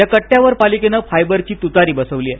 या कट्यावर पालिकेने फायबरची तुतारी बसविली आहे